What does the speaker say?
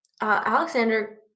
Alexander